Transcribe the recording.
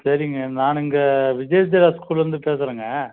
சரிங்க நான் இங்கே விஜய்ய ஸ்கூலில் இருந்து பேசுகிறேங்க